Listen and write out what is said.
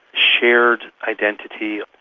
shared identity.